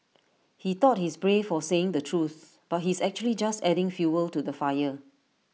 he thought he's brave for saying the truth but he's actually just adding fuel to the fire